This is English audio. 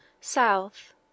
South